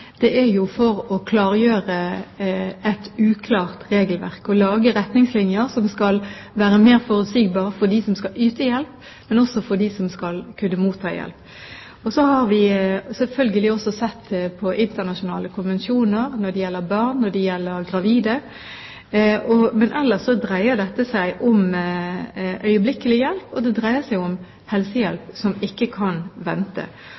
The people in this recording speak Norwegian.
for å klargjøre et uklart regelverk og lage retningslinjer som skal være mer forutsigbare for dem som skal yte hjelp, og også for dem som skal motta hjelp. Så har vi selvfølgelig også sett på internasjonale konvensjoner når det gjelder barn, når det gjelder gravide. Men ellers dreier dette seg om øyeblikkelig hjelp, og det dreier seg om helsehjelp som ikke kan vente.